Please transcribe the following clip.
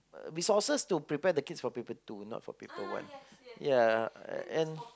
resources to prepare the kids for paper two not for paper one ya and